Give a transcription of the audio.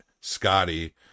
scotty